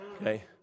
Okay